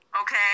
Okay